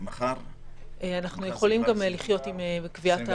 אנחנו יכולים לחיות גם עם קביעת תאריך.